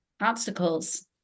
obstacles